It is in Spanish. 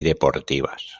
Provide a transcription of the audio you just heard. deportivas